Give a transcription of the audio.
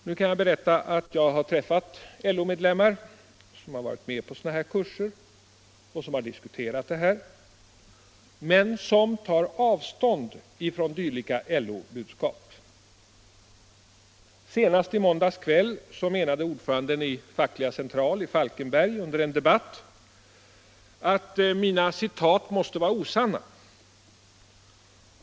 Nu kan jag berätta att jag har träffat LO-medlemmar som har varit med på sådana här kurser och diskuterat detta men som tar avstånd från dylika LO-budskap. Senast i måndags kväll menade ordföranden i FCO i Falkenberg under en debatt att mina citat måste vara osanna.